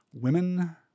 women